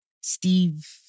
Steve